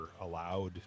allowed